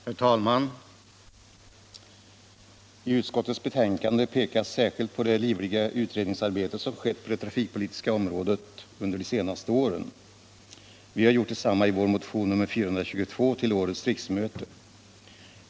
Herr talman! I utskottets betänkande pekas särskilt på det livliga utredningsarbete som kännetecknat det trafikpolitiska området under de senaste åren. Vi har gjort samma påpekande i vår motion nr 422 ull riksmötet 19735/76.